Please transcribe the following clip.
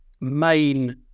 main